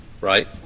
right